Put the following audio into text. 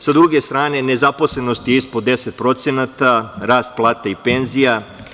Sa druge strane, nezaposlenost je ispod 10%, rast plata i penzija.